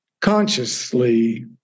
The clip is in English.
consciously